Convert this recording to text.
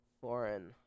foreign